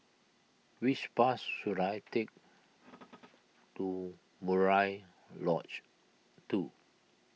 which bus should I take to Murai Lodge two